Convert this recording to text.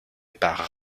par